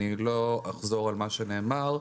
לא אחזור על מה שנאמר.